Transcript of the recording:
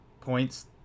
points